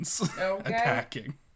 attacking